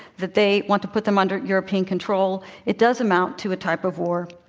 that they want to put them under european control it does amount to a type of war.